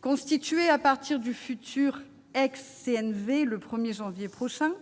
Constitué à partir du futur ex-CNV le 1 janvier prochain,